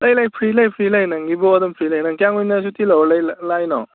ꯂꯩ ꯂꯩ ꯐ꯭ꯔꯤ ꯂꯩ ꯐ꯭ꯔꯤ ꯂꯩ ꯅꯪꯒꯤꯕꯨ ꯑꯗꯨꯝ ꯐ꯭ꯔꯤ ꯂꯩ ꯅꯪ ꯀꯌꯥꯝ ꯀꯨꯏꯟ ꯁꯨꯇꯤ ꯂꯧꯔ ꯂꯥꯛꯏꯅꯣ